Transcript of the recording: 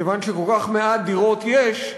כיוון שכל כך מעט דירות יש,